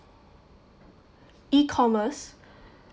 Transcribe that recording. e-commerce